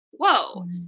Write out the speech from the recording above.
whoa